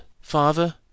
father